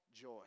joy